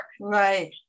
Right